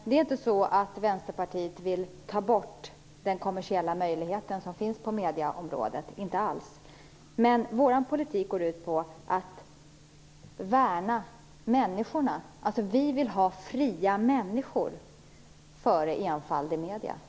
Fru talman! Vänsterpartiet vill inte ta bort den kommersiella möjlighet som finns på medieområdet - inte alls! Men vår politik går ut på att värna människorna. Vi vill hellre ha fria människor än enfald i medierna. Tack!